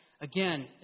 Again